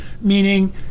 meaning